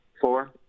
Four